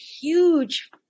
huge